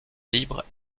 libre